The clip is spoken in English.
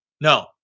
no